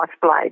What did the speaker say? blade